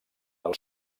del